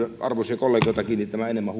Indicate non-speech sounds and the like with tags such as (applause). arvoisia kollegoita kiinnittämään enemmän (unintelligible)